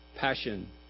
passion